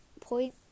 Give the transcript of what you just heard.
point